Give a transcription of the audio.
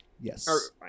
Yes